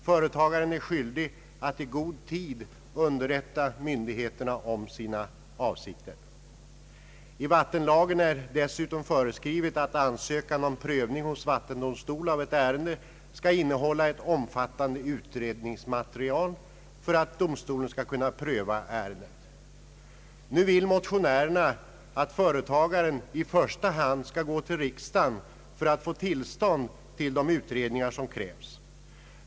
Företagaren är skyldig att i god tid underrätta myndigheterna om sina avsikter. I vattenlagen är dessutom föreskrivet att ansökan om prövning hos vattendomstol av ett ärende skall innehålla ett omfattande utredningsmaterial, för att domstolen skall kunna pröva ärendet. Motionärerna vill nu att företagen i första hand skall gå till riksdagen för att få tillstånd till de utredningar som krävs.